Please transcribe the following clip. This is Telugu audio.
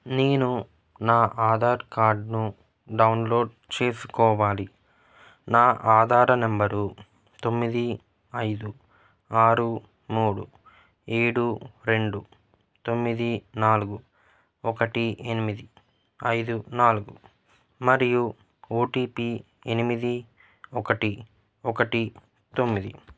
నేను నా ఆధార్ కార్డ్ను డౌన్లోడ్ చేసుకోవాలి నా ఆధార్ నెంబరు తొమ్మిది ఐదు ఆరు మూడు ఏడు రెండు తొమ్మిది నాలుగు ఒకటి ఎనిమిది ఐదు నాలుగు మరియు ఓ టీ పీ ఎనిమిది ఒకటి ఒకటి తొమ్మిది